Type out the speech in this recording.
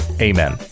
Amen